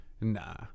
Nah